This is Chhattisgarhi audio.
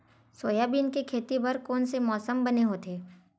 सोयाबीन के खेती बर कोन से मौसम बने होथे?